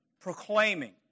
proclaiming